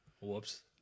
whoops